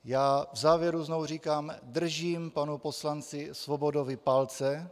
V závěru znovu říkám: Držím panu poslanci Svobodovi palce.